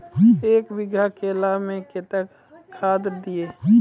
एक बीघा केला मैं कत्तेक खाद दिये?